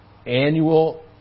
annual